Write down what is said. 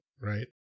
right